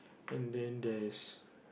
and then there's